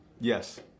Yes